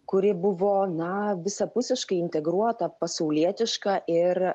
kuri buvo na visapusiškai integruota pasaulietiška ir